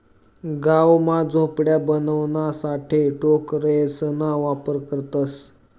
गाव मा झोपड्या बनवाणासाठे टोकरेसना वापर करतसं